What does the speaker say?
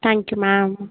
thank you ma'am